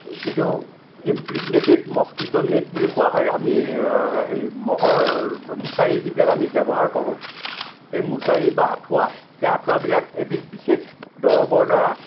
যিটো impregnated mosquito net বুলি কোৱা হয় আমি হেৰি মহৰ মোছাৰি যিবিলাক আমি ব্য়ৱহাৰ কৰোঁ সেই মোছাৰি বা আঁঠুৱা সেই আঁঠুৱাবিলাক এবিধ বিশেষ দৰৱৰ দ্বাৰা